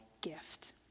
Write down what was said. gift